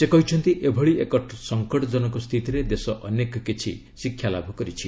ସେ କହିଛନ୍ତି ଏଭଳି ଏକ ସଙ୍କଟଜନକ ସ୍ଥିତିରେ ଦେଶ ଅନେକ କିଛି ଶିକ୍ଷାଲାଭ କରିଛି